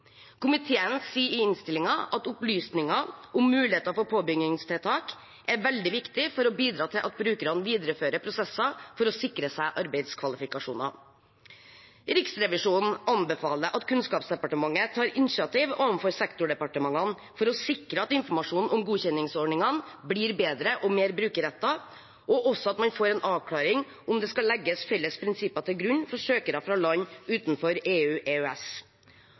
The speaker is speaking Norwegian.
Komiteen skriver i innstillingen at opplysninger om muligheter for påbyggingstiltak er veldig viktig for å bidra til at brukerne viderefører prosesser for å sikre seg arbeidskvalifikasjoner. Riksrevisjonen anbefaler at Kunnskapsdepartementet tar initiativ overfor sektordepartementene for å sikre at informasjonen om godkjenningsordningene blir bedre og mer brukerrettet, og at man får en avklaring om det skal legges felles prinsipper til grunn for søkere fra land utenfor